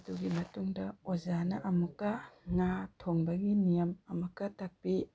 ꯑꯗꯨꯒꯤ ꯃꯇꯨꯡꯗ ꯑꯣꯖꯥꯅ ꯑꯃꯨꯛꯀ ꯉꯥ ꯊꯣꯡꯕꯒꯤ ꯅꯤꯌꯝ ꯑꯃꯨꯛꯀ ꯇꯥꯛꯄꯤ